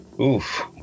Oof